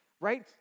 Right